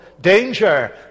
danger